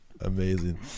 Amazing